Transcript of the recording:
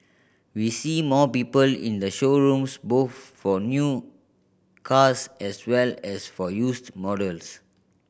we see more people in the showrooms both for new cars as well as for used models